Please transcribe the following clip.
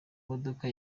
modoka